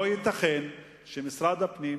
לא ייתכן שמשרד הפנים,